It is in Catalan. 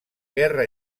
guerra